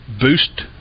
boost